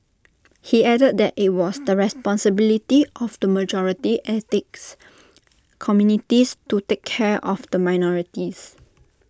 he added that IT was the responsibility of the majority ethnics communities to take care of the minorities